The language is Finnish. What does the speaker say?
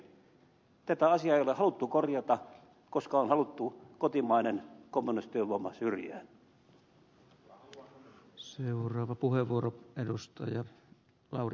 tätä asiaa ei ole haluttu korjata koska on haluttu kotimainen komennustyövoima syrjään